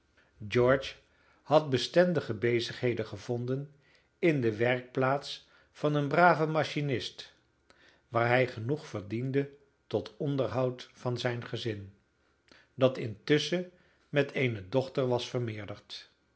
george had bestendige bezigheden gevonden in de werkplaats van een braven machinist waar hij genoeg verdiende tot onderhoud van zijn gezin dat intusschen met eene dochter was vermeerderd